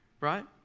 right